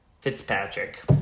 Fitzpatrick